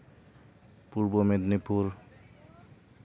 Purba Medinipur